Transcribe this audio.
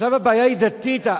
עכשיו הבעיה היא דתית.